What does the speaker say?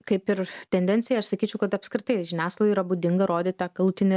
kaip ir tendencija aš sakyčiau kad apskritai žiniasklaidoj yra būdinga rodyt tą galutinį rezultatą